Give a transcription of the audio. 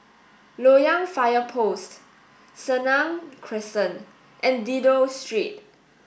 Loyang Fire Post Senang Crescent and Dido Street